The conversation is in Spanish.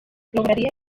lograría